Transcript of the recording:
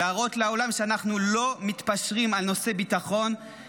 להראות לעולם שאנחנו לא מתפשרים על נושאי ביטחון,